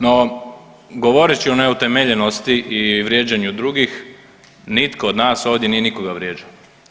No, govoreći o neutemeljenosti i vrijeđanju drugih, nitko od nas ovdje nije nikoga vrijeđao.